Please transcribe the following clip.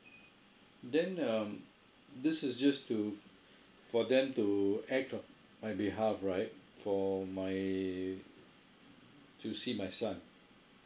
then um this is just to for them to act on my behalf right for my to see my son